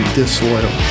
disloyal